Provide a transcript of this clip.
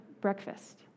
breakfast